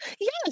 Yes